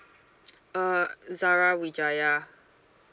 uh zara wijaya